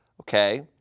Okay